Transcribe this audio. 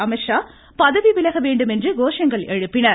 அமீத்ஷா பதவி விலகவேண்டும் என்று கோஷங்களை எழுப்பினர்